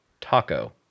taco